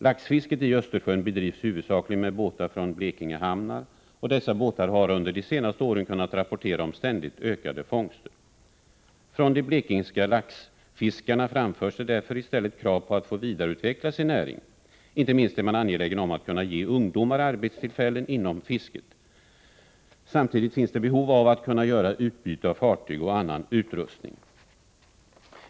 Laxfisket i Östersjön bedrivs huvudsakligen med båtar från Blekingehamnar, och dessa båtar har under de senaste åren kunnat rapportera om ständigt ökade fångster. Från de blekingska laxfiskarna framförs det därför i stället krav på att få vidareutveckla sin näring. Inte minst är man angelägen om att kunna ge ungdomar arbetstillfällen inom fisket. Samtidigt finns det behov av att kunna göra utbyte av fartyg av annan utrustning.